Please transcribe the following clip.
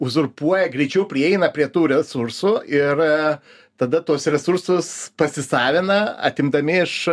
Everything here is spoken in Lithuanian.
uzurpuoja greičiau prieina prie tų resursų ir tada tuos resursus pasisavina atimdami iš